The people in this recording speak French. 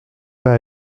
pas